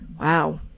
wow